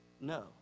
No